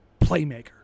playmaker